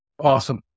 Awesome